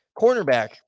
Cornerback